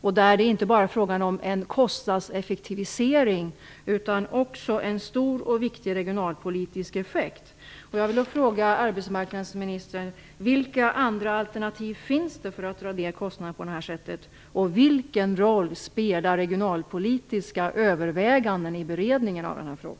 Det är inte bara fråga om en kostnadseffektivisering, utan det gäller också en stor och viktig regionalpolitisk effekt.